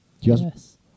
Yes